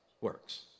works